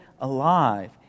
alive